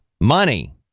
money